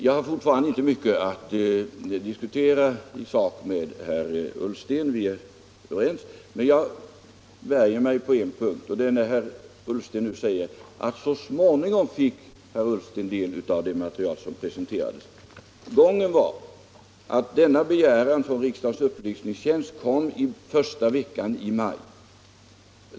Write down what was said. Jag har fortfarande inte mycket att diskutera i sak med herr Ullsten —- vi är överens — men jag värjer mig på en punkt, och det är mot att herr Ullsten nu säger att han ”så småningom” fick del av det material som presenterades. Gången var att denna begäran från riksdagens upplysningstjänst kom under första veckan i maj.